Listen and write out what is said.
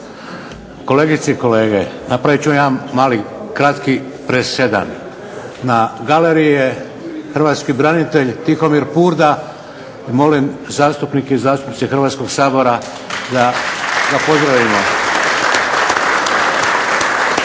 Kolegice i kolege, napravit ću jedan mali kratki presedan. Na galeriji je hrvatski branitelj Tihomir Purda, molim zastupnike i zastupnice Hrvatskog sabora da ga pozdravimo.